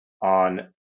on